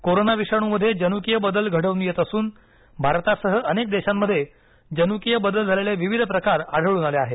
corona विषाणूमध्ये जनुकीय बदल घडून येत असून भारतासह अनेक देशांमध्ये जनुकीय बदल झालेले विविध प्रकार आढळून आले आहेत